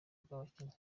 bw’abakinnyi